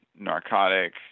narcotic